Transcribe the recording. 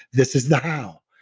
this is the how.